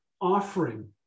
offering